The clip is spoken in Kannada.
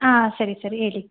ಹಾಂ ಸರಿ ಸರಿ ಹೇಳಿ